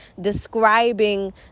describing